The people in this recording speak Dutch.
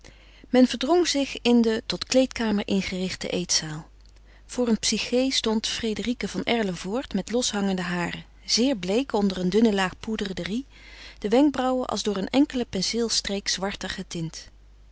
men verdrong zich in de tot kleedkamer ingerichte eetzaal voor een psyché stond frédérique van erlevoort met loshangende haren zeer bleek onder een dunne laag poudre de riz de wenkbrauwen als door een enkele penseelstreek zwarter getint